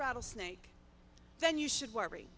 rattlesnake then you should worry